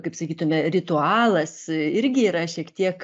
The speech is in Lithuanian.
kaip sakytume ritualas irgi yra šiek tiek